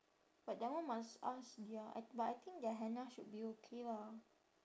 but that one must ask their I but I think their henna should be okay lah